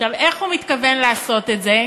איך הוא מתכוון לעשות את זה?